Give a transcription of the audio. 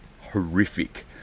horrific